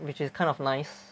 which is kind of nice